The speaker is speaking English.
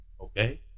Okay